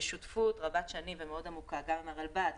בשותפות רבת שנים ומאוד עמוקה גם עם הרלב"ד,